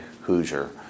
Hoosier